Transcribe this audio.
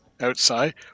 outside